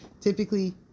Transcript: typically